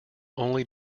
only